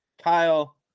Kyle